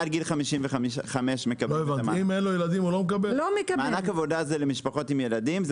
הוא מעל גיל 55. מענק עבודה הוא למשפחות עם ילדים,